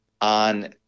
on